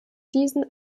diesen